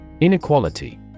Inequality